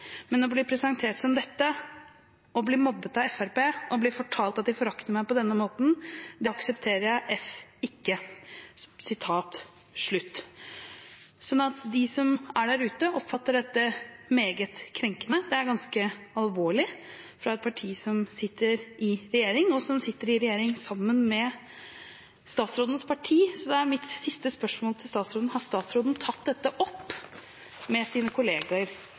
men å bli presentert som dette, å bli mobbet av Frp, å bli fortalt at de forakter meg på denne måten, det aksepterer jeg f*** ikke.» De som er der ute, oppfatter dette meget krenkende. Det er ganske alvorlig, fra et parti som sitter i regjering, og som sitter i regjering sammen med statsråd Helgesens parti. Så mitt siste spørsmål til statsråden er: Har statsråden tatt dette opp med sine